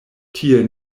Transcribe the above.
tie